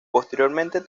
posteriormente